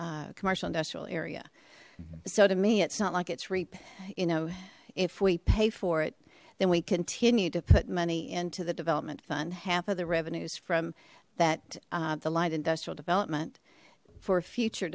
l commercial industrial area so to me it's not like it's reap you know if we pay for it then we continue to put money into the development fund half of the revenues from that the light industrial development for a future